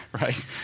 right